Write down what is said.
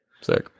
sick